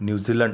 New Zealand